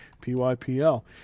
P-Y-P-L